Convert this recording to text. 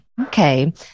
Okay